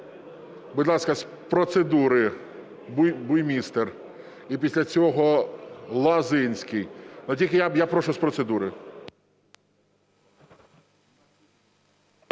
Будь ласка, з процедури Буймістер. І після цього Лозинський. Тільки я прошу, з процедури.